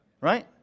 Right